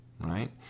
right